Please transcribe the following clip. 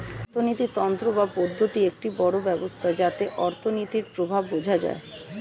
অর্থিনীতি তন্ত্র বা পদ্ধতি একটি বড় ব্যবস্থা যাতে অর্থনীতির প্রভাব বোঝা যায়